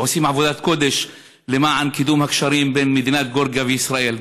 שעושים עבודת קודש למען קידום הקשרים בין מדינת גיאורגיה לישראל.